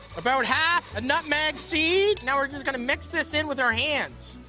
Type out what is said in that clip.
about half a nutmeg seed. now we're just gonna mix this in with our hands.